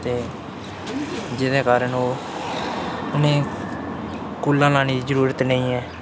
ते जेह्दे कारण ओह् उ'नें कूलां लाने दी जरूरत नेईं ऐ